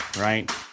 right